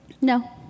No